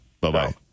bye-bye